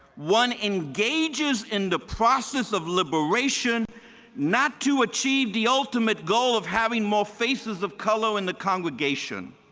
one engages in the process of liberation not to achieve the ultimate goal of having more faces of color in the congregation.